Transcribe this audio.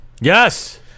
Yes